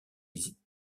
visites